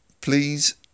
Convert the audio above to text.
please